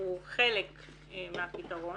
הוא חלק מהפתרון,